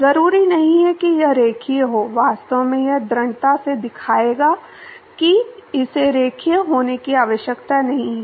जरूरी नहीं कि यह रैखिक हो वास्तव में यह दृढ़ता से दिखाएगा कि इसे रैखिक होने की आवश्यकता नहीं है